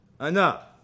enough